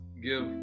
give